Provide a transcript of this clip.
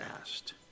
asked